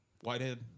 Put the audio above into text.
Whitehead